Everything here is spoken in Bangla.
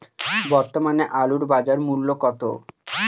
বর্তমানে আলুর বাজার মূল্য কত?